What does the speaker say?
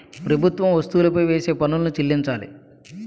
ప్రభుత్వం వస్తువులపై వేసే పన్నులను చెల్లించాలి